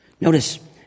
Notice